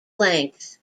length